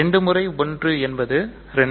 2 முறை 1 என்பது 2